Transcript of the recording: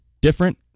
different